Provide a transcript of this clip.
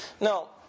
No